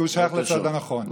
כי הוא שייך לצד הנכון.